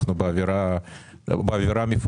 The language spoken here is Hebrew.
אנחנו באווירה מפויסת.